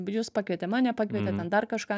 jus pakvietė mane pakvietė ten dar kažką